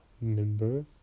member